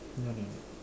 no no no